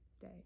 day